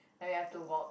but you have to walk